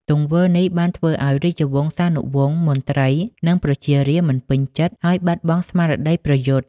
ទង្វើនេះបានធ្វើឱ្យរាជវង្សានុវង្ស មន្ត្រី និងប្រជារាស្ត្រមិនពេញចិត្ត ហើយបាត់បង់ស្មារតីប្រយុទ្ធ។